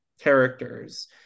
characters